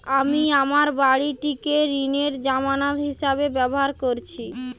আমি আমার বাড়িটিকে ঋণের জামানত হিসাবে ব্যবহার করেছি